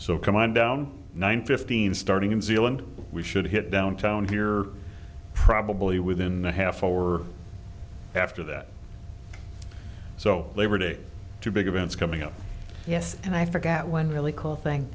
so come on down nine fifteen starting in zealand we should hit downtown here probably within the half hour after that so labor day two big events coming up yes and i forgot one really cool thing